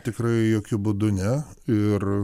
tikrai jokiu būdu ne ir